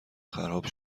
خراب